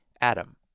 Adam